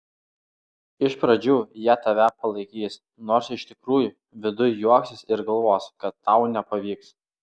iš pradžių jie tave palaikys nors iš tikrųjų viduj juoksis ir galvos kad tau nepavyks